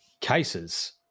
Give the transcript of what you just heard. cases